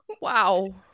wow